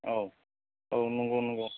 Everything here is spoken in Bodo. औ औ नंगौ नंगौ